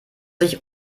ich